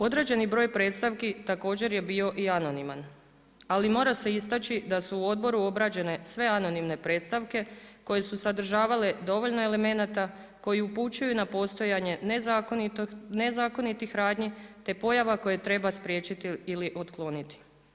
Određeni broj predstavki također je bio i anoniman, ali mora se istaći da su u odboru obrađene sve anonimne predstavke koje su sadržavale dovoljno elemenata koji upućuju na postojanje nezakonitih radnji, te pojava koje treba spriječiti ili otkloniti.